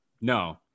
No